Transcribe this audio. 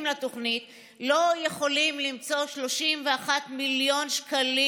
לתוכנית לא יכולים למצוא 31 מיליון שקלים,